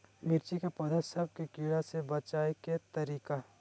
मिर्ची के पौधा सब के कीड़ा से बचाय के तरीका?